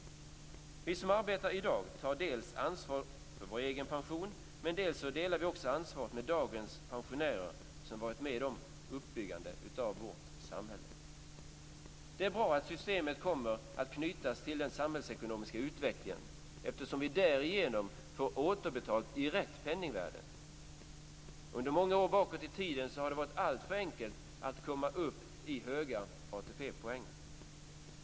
Vi som arbetar i dag tar dels ansvar för vår egen pension, dels delar ansvaret med dagens pensionärer som varit med om uppbyggandet av vårt samhälle. Det är bra att systemet kommer att knytas till den samhällsekonomiska utvecklingen. Därigenom får vi återbetalt i rätt penningvärde. Under många år bakåt i tiden har det varit alltför enkelt att komma upp i höga ATP-poäng.